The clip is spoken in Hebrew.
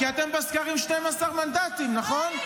כי אתם בסקרים 12 מנדטים, נכון?